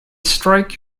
strike